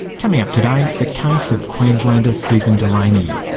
coming up today, the case of queenslander susan delaney.